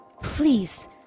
please